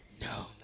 no